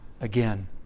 again